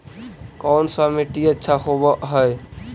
कोन सा मिट्टी अच्छा होबहय?